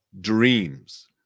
Dreams